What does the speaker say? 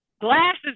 Glasses